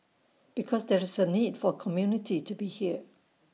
because there's A need for community to be here